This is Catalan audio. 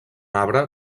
arbre